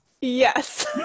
Yes